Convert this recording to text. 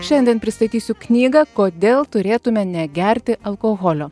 šiandien pristatysiu knygą kodėl turėtume negerti alkoholio